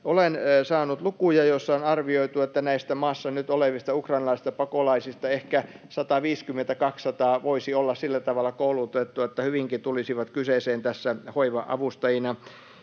Olen saanut lukuja, joissa on arvioitu, että näistä maassa nyt olevista ukrainalaisista pakolaisista ehkä 150—200 voisi olla sillä tavalla koulutettuja, että hyvinkin tulisivat kyseeseen hoiva-avustajina.